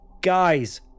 Guys